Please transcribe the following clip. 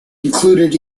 included